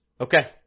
Okay